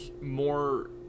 more